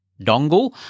dongle